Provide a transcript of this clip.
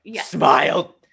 smile